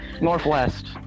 Northwest